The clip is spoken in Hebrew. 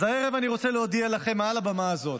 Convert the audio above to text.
אז הערב אני רוצה להודיע לכם מעל הבמה הזאת: